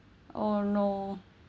oh no